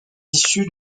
issue